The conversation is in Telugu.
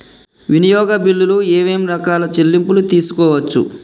వినియోగ బిల్లులు ఏమేం రకాల చెల్లింపులు తీసుకోవచ్చు?